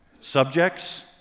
Subjects